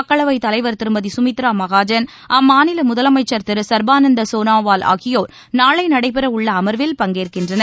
மக்களவை தலைவர் திருமதி குமித்ரா மகாஜன் அம்மாநில முதலமைச்சர் திரு சர்பானந்த சோனவால் ஆகியோர் நாளை நடைபெறவுள்ள அமர்வில் பங்கேற்கின்றனர்